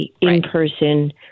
in-person